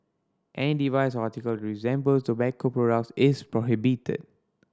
any device article resembles tobacco products is prohibited